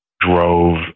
drove